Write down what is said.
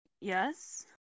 Yes